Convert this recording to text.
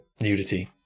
nudity